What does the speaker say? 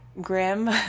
Grim